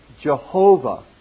Jehovah